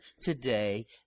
today